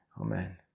Amen